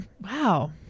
wow